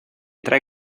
tre